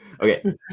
Okay